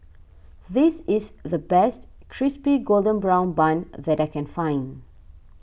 this is the best Crispy Golden Brown Bun that I can find